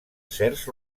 certs